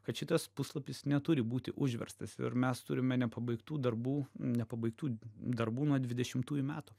kad šitas puslapis neturi būti užverstas ir mes turime nepabaigtų darbų nepabaigtų darbų nuo dvidešimtųjų metų